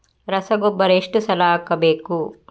ರಸಗೊಬ್ಬರ ಎಷ್ಟು ಸಲ ಹಾಕಬೇಕು?